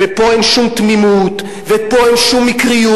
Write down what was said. ופה אין שום תמימות, ופה אין שום מקריות.